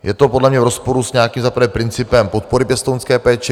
Je to podle mě v rozporu s nějakým, za prvé, principem podpory pěstounské péče.